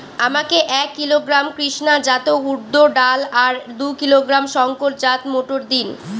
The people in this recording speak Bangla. আমাকে এক কিলোগ্রাম কৃষ্ণা জাত উর্দ ডাল আর দু কিলোগ্রাম শঙ্কর জাত মোটর দিন?